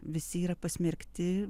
visi yra pasmerkti